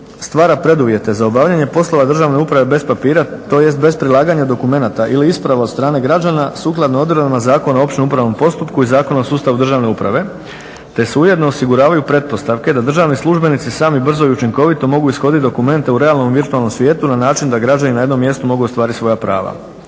stvara preduvjete za obavljanje poslova državne uprave bez papira, tj. bez prilaganja dokumenata ili isprava od strane građana sukladno odredbama Zakona o općem upravnom postupku i Zakona o sustavu državne uprave te se ujedno osiguravaju pretpostavke da državni službenici sami brzo i učinkovito mogu ishoditi dokumente u realnom virtualnom svijetu na način da građani na jednom mjestu mogu ostvariti svoja prava.